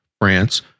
France